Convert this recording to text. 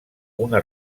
una